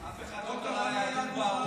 אף אחד לא קרא ליהדות בערות.